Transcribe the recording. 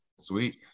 sweet